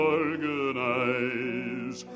organize